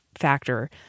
factor